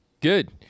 good